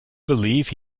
believe